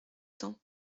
temps